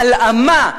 "הלאמה",